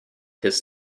his